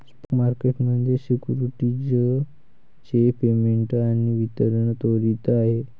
spot market मध्ये securities चे payment आणि वितरण त्वरित आहे